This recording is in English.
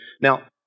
Now